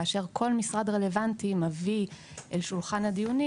כאשר כל משרד רלוונטי מביא אל שולחן הדיונים,